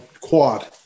quad